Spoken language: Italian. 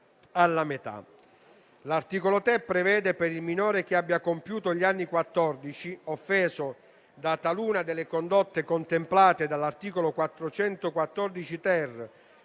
alla metà. L'articolo 3 prevede per il minore che abbia compiuto gli anni quattordici offeso da taluna delle condotte contemplate dall'articolo 414-*ter*